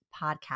podcast